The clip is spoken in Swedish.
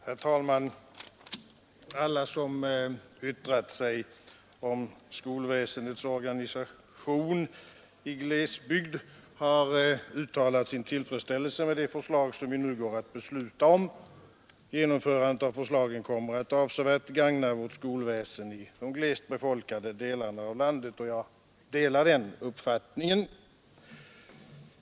Herr talman! Alla som yttrat sig om skolväsendets organisation i glesbygd har uttalat sin tillfredsställelse med de förslag som vi nu har att besluta om. Genomförandet av förslagen kommer att avsevärt gagna vårt skolväsen i de glesbefolkade delarna av landet — jag delar den uppfattningen.